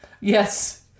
Yes